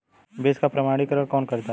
बीज का प्रमाणीकरण कौन करता है?